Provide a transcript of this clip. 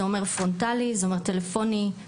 זה אומר פרונטלי, זה אומר טלפוני, דואר,